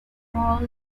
role